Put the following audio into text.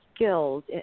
skills